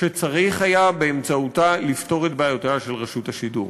שצריך היה באמצעותה לפתור את בעיותיה של רשות השידור.